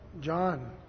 John